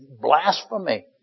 Blasphemy